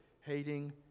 hating